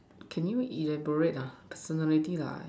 can you elaborate lah personality like